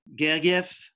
Gergiev